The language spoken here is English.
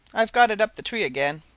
i've got it up the tree again.